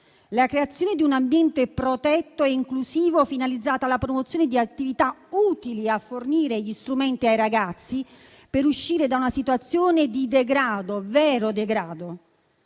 alla creazione di un ambiente protetto e inclusivo finalizzato alla promozione di attività utili a fornire ai ragazzi gli strumenti per uscire da una situazione di degrado, vero degrado.